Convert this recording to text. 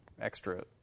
extra